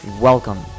Welcome